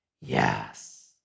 yes